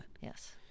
Yes